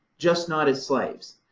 just not as slaves.